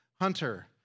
hunter